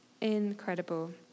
incredible